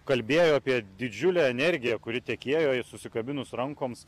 kalbėjo apie didžiulę energiją kuri tekėjo į susikabinus rankoms